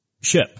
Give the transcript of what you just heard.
ship